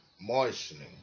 moistening